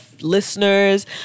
listeners